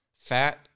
fat